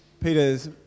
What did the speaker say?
Peter's